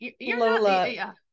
Lola